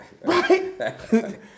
Right